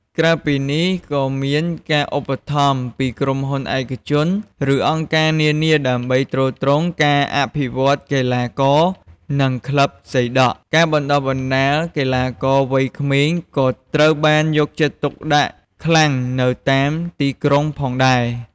ក្រៅពីនេះ ក៏មានការ ឧបត្ថម្ភ ពីក្រុមហ៊ុនឯកជន ឬអង្គការនានា ដើម្បីទ្រទ្រង់ការអភិវឌ្ឍកីឡាករ និងក្លឹបសីដក់។ ការបណ្ដុះបណ្ដាលកីឡាករវ័យក្មេងក៏ត្រូវបានយកចិត្តទុកដាក់ខ្លាំងនៅតាមទីក្រុងផងដែរ។